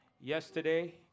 Yesterday